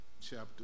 chapter